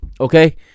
okay